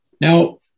Now